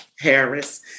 Harris